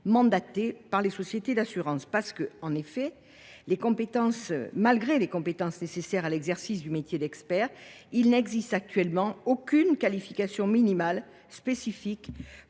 mandatés par les sociétés d’assurance. En effet, malgré les compétences nécessaires à l’exercice du métier d’expert, il n’existe actuellement aucune qualification minimale spécifique